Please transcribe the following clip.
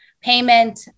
payment